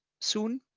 soon,